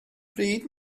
pryd